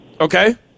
Okay